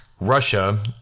Russia